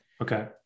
Okay